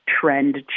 trend